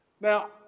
Now